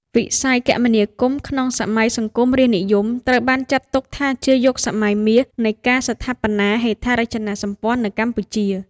វិស័យគមនាគមន៍ក្នុងសម័យសង្គមរាស្ត្រនិយមត្រូវបានចាត់ទុកថាជា "យុគសម័យមាស" នៃការស្ថាបនាហេដ្ឋារចនាសម្ព័ន្ធនៅកម្ពុជា។